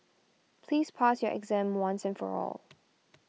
please pass your exam once and for all